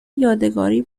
یادگاری